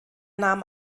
nahm